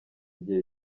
igihe